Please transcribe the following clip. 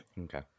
Okay